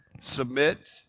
Submit